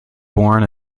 born